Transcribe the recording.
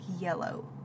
yellow